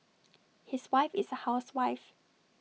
his wife is A housewife